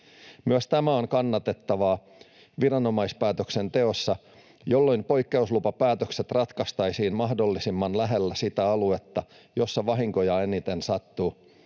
Myös tämä on kannatettavaa viranomaispäätöksenteossa, jolloin poikkeuslupapäätökset ratkaistaisiin mahdollisimman lähellä sitä aluetta, jossa vahinkoja eniten sattuu.